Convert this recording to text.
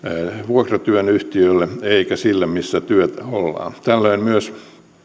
vuokratyöyhtiölle eikä sille missä työssä ollaan tällöin myös